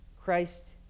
Christ